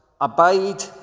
abide